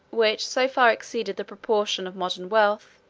which so far exceeded the proportion of modern wealth,